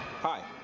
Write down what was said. hi